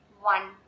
one